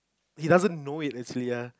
he doesn't know it actually ya